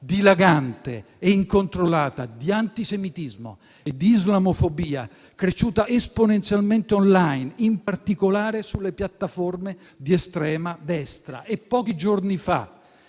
dilagante e incontrollata di antisemitismo e di islamofobia cresciuta esponenzialmente *online*, in particolare sulle piattaforme di estrema destra. Pochi giorni fa